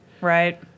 Right